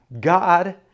God